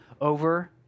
over